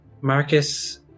Marcus